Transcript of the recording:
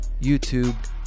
YouTube